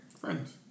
Friends